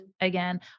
Again